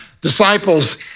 disciples